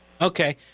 Okay